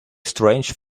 strange